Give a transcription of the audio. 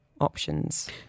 options